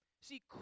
See